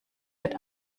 wird